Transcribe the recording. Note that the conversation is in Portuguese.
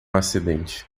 acidente